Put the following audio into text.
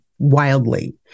wildly